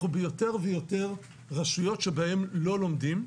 אנחנו ביותר ויותר רשויות בהן לא לומדים.